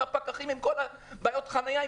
עם כל בעיות החניה,